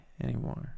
anymore